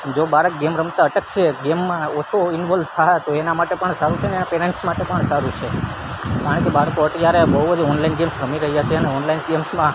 જો બાળક ગેમ રમતા અટકશે ગેમમાં ઓછો ઇનવોલ થશે તો એના માટે પણ સારું છે ને એના પેરેન્ટ્સ માટે પણ સારું છે કારણ કે બાળકો અત્યારે બહુ જ ઓનલાઈન ગેમ્સ રમી રહ્યાં છે અને ઓનલાઈન ગેમ્સમાં